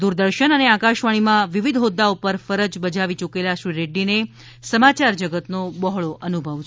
દૂરદર્શન અને આકાશવાણીમાં વિવિધ હોદ્દા ઉપર ફરજ બજાવી યૂકેલા શ્રી રેડ્ડી ને સમાચાર જગતનો બહોળો અનુભવ છે